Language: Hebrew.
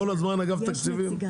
כל הזמן אגף תקציבים?